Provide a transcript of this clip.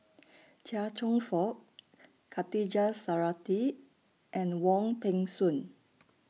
Chia Cheong Fook Khatijah Surattee and Wong Peng Soon